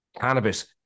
cannabis